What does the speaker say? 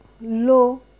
low